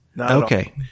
Okay